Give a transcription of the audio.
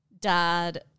dad